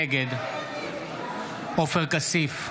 נגד עופר כסיף,